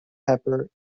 pepper